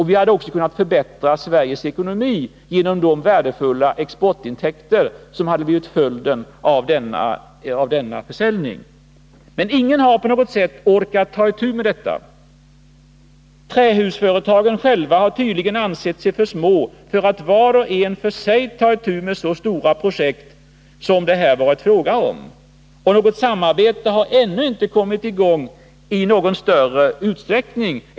Vi hade också kunnat förbättra Sveriges ekonomi genom de värdefulla exportintäkter som hade blivit följden av denna försäljning. Men ingen har orkat ta itu med detta. Trähusföretagen själva har tydligen ansett sig för små för att var och en för sig ta itu med så stora projekt som det här har varit fråga om. Något samarbete har ännu inte kommit i gång i någon större utsträckning.